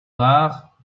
rare